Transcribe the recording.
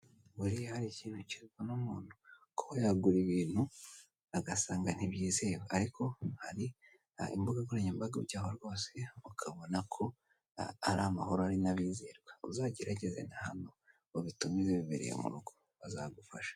Buriya hari ikintu kivuna umuntu kuba yagura ibintu agasanga ntibyizewe ariko hari hari imbugankoranyambaga ujyaho rwose ukabona ko ari amahoro ari n'abizerwa. Uzagerageze na hano ubitumize wibereye mu rugo bazagufasha.